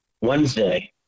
wednesday